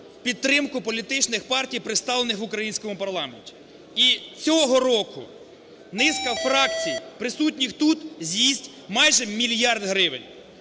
підтримку політичних партій, представлених українському парламенті. І цього року низка фракцій присутніх тут з'їсть майже мільярд гривень.